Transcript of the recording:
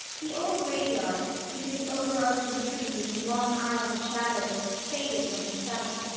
the old graveyard, with its over-arching trees and long aisles of shadows, faded from her sight.